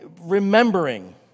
remembering